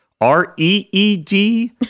R-E-E-D